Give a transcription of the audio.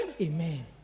Amen